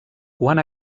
quan